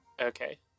Okay